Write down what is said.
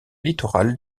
littorales